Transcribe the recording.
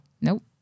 Nope